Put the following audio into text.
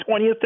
20th